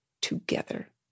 together